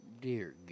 Dear